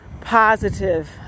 positive